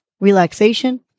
relaxation